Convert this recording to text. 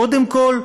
קודם כול,